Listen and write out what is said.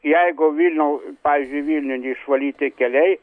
jeigu vilniaus pavyzdžiui vilniuj neišvalyti keliai